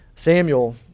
Samuel